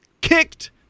kicked